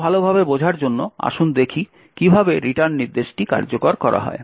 আরও ভালোভাবে বোঝার জন্য আসুন দেখি কিভাবে রিটার্ন নির্দেশটি কার্যকর করা হয়